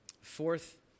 Fourth